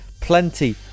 plenty